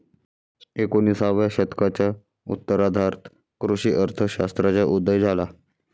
एकोणिसाव्या शतकाच्या उत्तरार्धात कृषी अर्थ शास्त्राचा उदय झाला